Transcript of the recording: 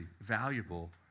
valuable